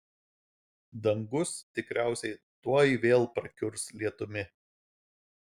dangus tikriausiai tuoj vėl prakiurs lietumi